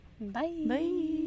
bye